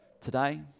Today